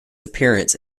appearance